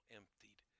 emptied